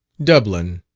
dublin,